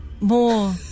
more